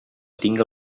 tinga